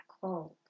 cold